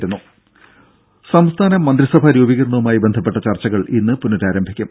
രുര സംസ്ഥാന മന്ത്രിസഭാ രൂപീകരണവുമായി ബന്ധപ്പെട്ട ചർച്ചകൾ ഇന്ന് പുനരാരംഭിക്കും